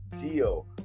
deal